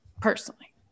personally